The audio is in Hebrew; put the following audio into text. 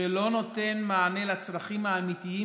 שלא נותן מענה לצרכים האמיתיים,